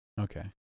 Okay